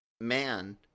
man